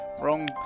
wrong